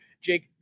Jake